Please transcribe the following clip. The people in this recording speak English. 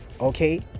okay